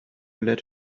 let